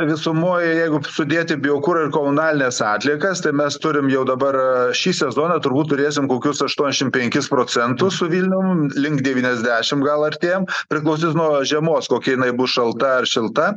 visumoje jeigu sudėti biokurą ir komunalines atliekas tai mes turim jau dabar šį sezoną turbūt turėsim kokius aštuoniašim penkis procentus su vilnium link devyniasdešim gal artėjam priklausys nuo žiemos kokia jinai bus šalta ar šilta